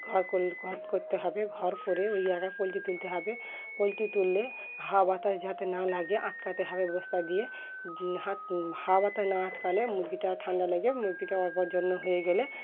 ঘর কর ঘর করতে হবে ঘর করে ওই জায়গায় পোলট্রি তুলতে হবে পোলট্রি তুললে হাওয়া বাতাস যাতে না লাগে আটকাতে হবে বস্তা দিয়ে হাওয়া বাতাস না আটকালে মুরগিটা ঠান্ডা লেগে মুরগিটা অপর জন্য হয়ে গেলে